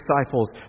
disciples